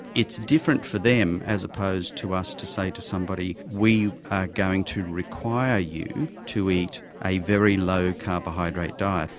it's different for them as opposed to us to say to somebody, we are going to require you to eat a very low carbohydrate diet.